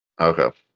Okay